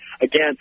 again